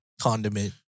condiment